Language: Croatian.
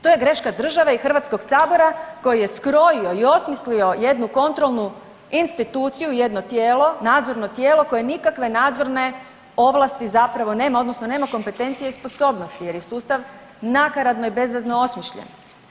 To je greška države i HS-a koji je skrojio i osmislio jednu kontrolnu instituciju, jedno tijelo, nadzorno tijelo koje nikakve nadzorne ovlasti zapravo nema, odnosno nema kompetencije i sposobnosti jer je sustav nakaradno i bezvezno osmišljen.